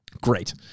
Great